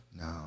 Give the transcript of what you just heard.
No